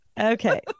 Okay